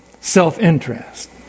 self-interest